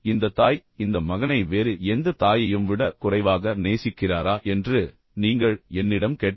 இந்த தாய் இந்த மகனை வேறு எந்தத் தாயையும் விட குறைவாக நேசிக்கிறாரா என்று நீங்கள் என்னிடம் கேட்டால்